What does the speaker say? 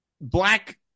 black